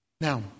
Now